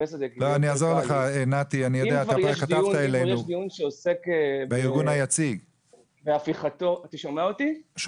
כבר יש דיון שעוסק בהפיכתו של